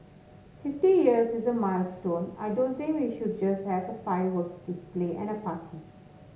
fifty years is a milestone I don't think we should just have a fireworks display and a party